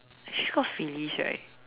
she's called Felice right